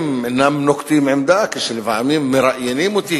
אינם נוקטים עמדה כשלפעמים מראיינים אותי,